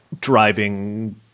driving